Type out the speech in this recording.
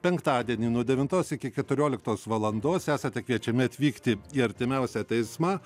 penktadienį nuo devintos iki keturioliktos valandos esate kviečiami atvykti į artimiausią teismą